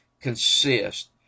consist